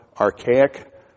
archaic